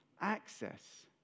access